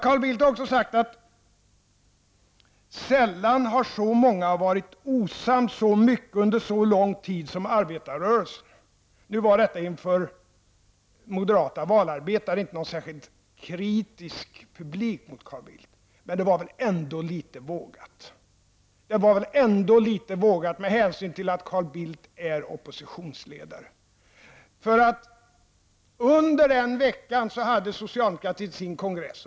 Carl Bildt har också sagt att sällan har så många varit osams så mycket under så lång tid som arbetarrörelsen. Nu sades detta inför moderata valarbetare, inte någon mot Carl Bildt särskilt kritisk publik. Men det var väl ändå litet vågat, med hänsyn till att Carl Bildt är oppositionsledare. Under den veckan hade socialdemokratin sin kongress.